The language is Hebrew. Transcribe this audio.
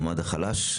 במעמד החלש,